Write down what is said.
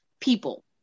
people